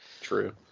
True